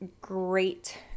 great